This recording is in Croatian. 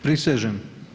Prisežem.